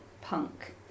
punk